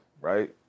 right